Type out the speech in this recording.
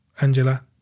Angela